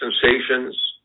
sensations